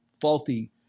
faulty